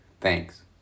Thanks